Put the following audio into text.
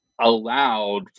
allowed